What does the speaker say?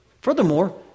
Furthermore